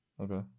Okay